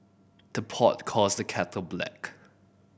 the pot calls the kettle black